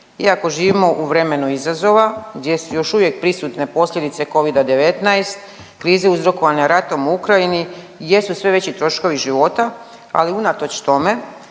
iako živimo u vremenu izazova gdje su još uvijek prisutne posljedice Covida-19, krize uzrokovane ratom u Ukrajini, jesu sve veći troškovi života, ali unatoč tome,